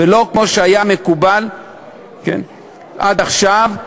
ולא כפי שהיה מקובל עד עכשיו,